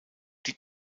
die